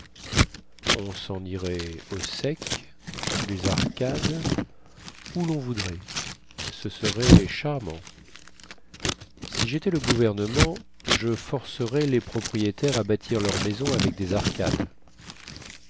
on sen irait au sec sous les arcades où lon voudrait ce serait charmant si jétais le gouvernement je forcerais les propriétaires à bâtir leurs maisons avec des arcades